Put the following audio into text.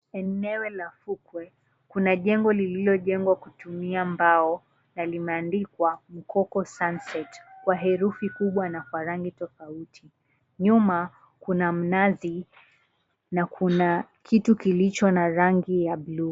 Eneo la fukwe, kuna jengo lililojengwa kutumia mbao na limeandikwa, "MKOKO SUNSET", kwa herufi kubwa na kwa rangi tofauti. Nyuma kuna mnazi na kuna kitu kilicho na rangi ya bluu.